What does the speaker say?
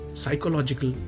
psychological